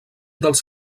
dels